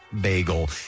Bagel